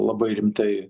labai rimtai